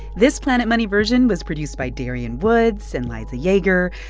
this planet money version was produced by darian woods and liza yeager.